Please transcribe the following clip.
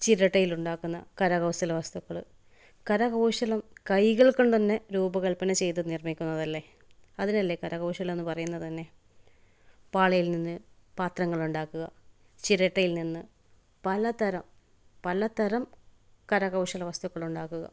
ചിരട്ടയിൽ ഉണ്ടാക്കുന്ന കരകൗശല വസ്തുക്കൾ കരകൗശലം കൈകൾ കൊണ്ട് തന്നെ രൂപകൽപ്പന ചെയ്തു നിർമ്മിക്കുന്നതല്ലേ അതിനല്ലേ കരകൗശലം എന്നു പറയുന്നത് തന്നെ പാളയിൽ നിന്ന് പാത്രങ്ങൾ ഉണ്ടാക്കുക ചിരട്ടയിൽ നിന്ന് പലതരം പലതരം കരകൗശല വസ്തുക്കൾ ഉണ്ടാക്കുക